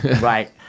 right